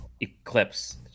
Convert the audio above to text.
eclipse